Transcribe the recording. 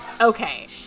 Okay